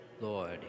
Lord